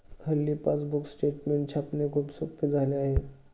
हल्ली passbook statement छापणे खूप सोपे झाले आहे